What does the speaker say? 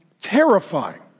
terrifying